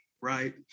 right